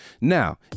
Now